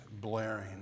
blaring